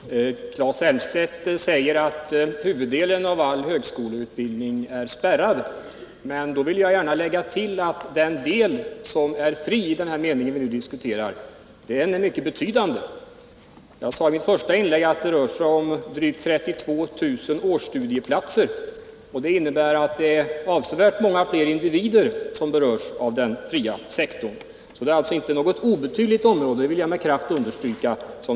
Herr talman! Claes Elmstedt säger att huvuddelen av all högskoleutbildning är spärrad. Men då vill jag gärna tillägga att den del som är fri, i den mening vi nu diskuterar, är mycket betydande. Jag sade i mitt första inlägg att det rör sig om drygt 32 000 årsstudieplatser, och det innebär att det är avsevärt många fler individer som berörs av den fria sektorn. Det är alltså inte fråga om ett obetydligt område, det vill jag med kraft understryka.